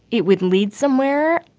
it would lead somewhere,